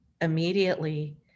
immediately